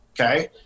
okay